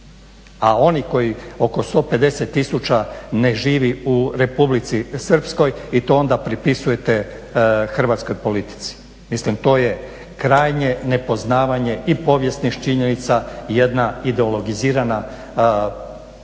a oni koji oko 150 000 ne živi u Republici Srpskoj i to onda pripisujete hrvatskoj politici, mislim to je krajnje nepoznavanje i povijesnih činjenica i jedna ideologizirana pozicija